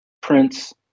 Prince